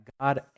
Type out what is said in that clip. God